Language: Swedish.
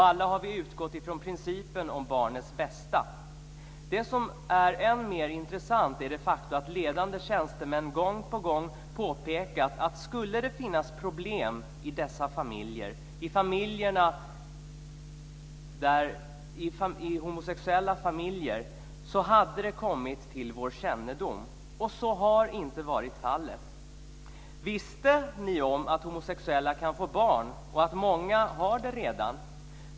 Alla har vi utgått från principen om barnets bästa. Det som är än mer intressant är det faktum att ledande tjänstemän gång på gång påpekat att om det skulle finnas problem i homosexuella familjer så hade det kommit till deras kännedom. Och så har inte varit fallet. Visste ni om att homosexuella kan få barn och att många redan har det?